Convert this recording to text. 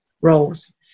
roles